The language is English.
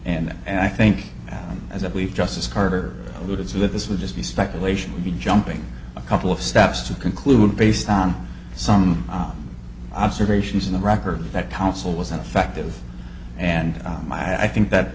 and and i think that we've just as carter alluded to that this would just be speculation would be jumping a couple of steps to conclude based on some observations in the record that counsel was an effective and i think that